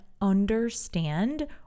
understand